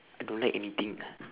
I don't like anything